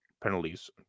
penalties